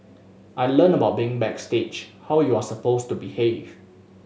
I learnt about being backstage how you are supposed to behave